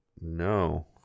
No